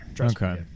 Okay